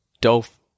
dolph